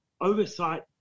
oversight